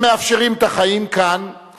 הם מאפשרים את החיים כאן,